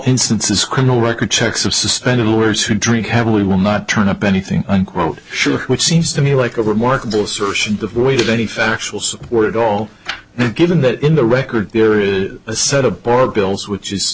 instances criminal record checks of suspended lawyers who drink heavily will not turn up anything unquote sure which seems to me like a remarkable search and devoid of any factual support at all given that in the record there is a set of board bills which is